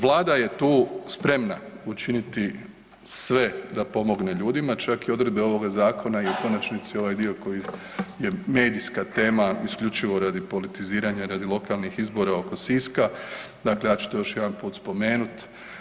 Vlada je tu spremna učiniti sve da pomogne ljudima, čak i odredbe ovoga zakona i u konačnici ovaj dio koji je medijska tema isključivo radi politiziranja radi lokalnih izbora oko Siska, dakle ja ću to još jedanput spomenut.